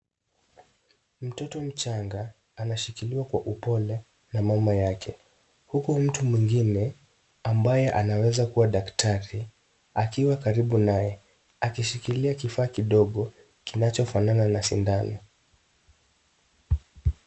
Mtoto mchanga anashikiliwa kwa upole na mama yake huku mtu mwingine ambaye anaweza kuwa daktari akiwa karibu naye akishikilia kifaa kidogo kinachofanana na sindano.